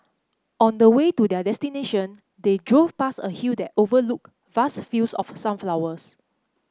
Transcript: on the way to their destination they drove past a hill that overlooked vast fields of sunflowers